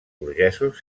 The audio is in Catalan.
burgesos